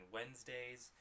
Wednesdays